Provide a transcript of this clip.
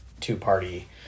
two-party